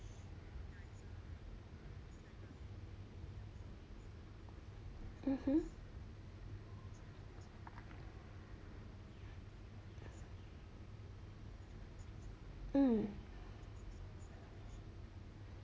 mmhmm mm